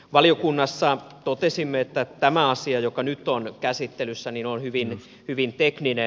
valiokunnassa totesimme että tämä asia joka nyt on käsittelyssä on hyvin tekninen